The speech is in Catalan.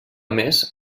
més